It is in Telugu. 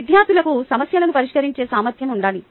విద్యార్థులకు సమస్యలను పరిష్కరించే సామర్థ్యం ఉండాలి